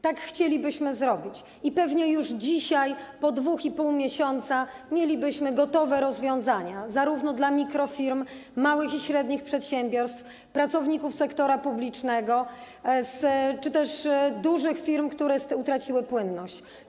Tak chcielibyśmy zrobić i pewnie już dzisiaj po 2,5 miesiąca mielibyśmy gotowe rozwiązania zarówno dla mikrofirm, małych i średnich przedsiębiorstw, pracowników sektora publicznego, jak i dla dużych firm, które utraciły płynność.